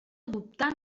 dubtar